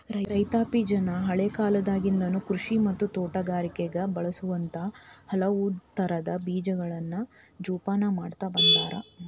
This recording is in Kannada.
ರೈತಾಪಿಜನ ಹಳೇಕಾಲದಾಗಿಂದನು ಕೃಷಿ ಮತ್ತ ತೋಟಗಾರಿಕೆಗ ಬಳಸುವಂತ ಹಲವುತರದ ಬೇಜಗಳನ್ನ ಜೊಪಾನ ಮಾಡ್ತಾ ಬಂದಾರ